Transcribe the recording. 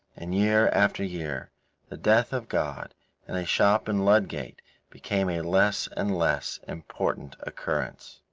and year after year the death of god in a shop in ludgate became a less and less important occurrence.